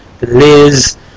Liz